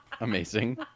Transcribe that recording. amazing